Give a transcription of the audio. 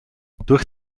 durch